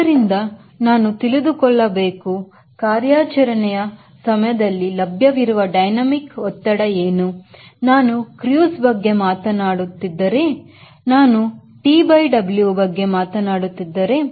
ಆದ್ದರಿಂದ ನಾನು ತಿಳಿದುಕೊಳ್ಳಬೇಕು ಕಾರ್ಯಾಚರಣೆ ಕಾರ್ಯಾಚರಣೆ ಯ ಸಮಯದಲ್ಲಿ ಲಭ್ಯವಿರುವ ಡೈನಮಿಕ್ ಒತ್ತಡ ಏನು ನಾನು Cruise ಬಗ್ಗೆ ಮಾತನಾಡು ಮಾತನಾಡುತ್ತಿದ್ದರೇ ನಾನು T by W ಬಗ್ಗೆ ಮಾತನಾಡುತ್ತಿದ್ದರೇ